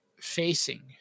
facing